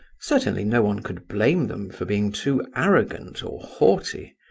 certainly no one could blame them for being too arrogant or haughty,